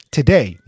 Today